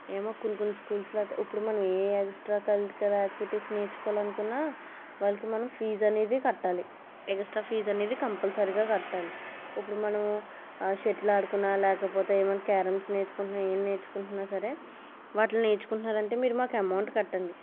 ఏమో ఇప్పుడు కొన్ని కొన్ని స్కూల్స్ లో అయితే ఇప్పుడు మనం ఏ ఎక్స్ట్రా కర్కులర్ ఆక్టివిటీస్ నేర్చుకోవాలనుకున్న వాళ్ళకి మనం ఫీజ్ అనేది కట్టాలి ఎక్స్ట్రా ఫీజు అనేది కంపల్సరిగా కట్టాలి ఇప్పుడు మనం షటిల్ ఆడుకునే లేకపోతే ఏమన్నా క్యారమ్స్ నేర్చుకుంటున్నా ఏం నేర్చుకుంటున్నా సరే వాటిల్ని నేర్చుకుంటున్నారంటే మీరు మాకు అమౌంట్ కట్టండి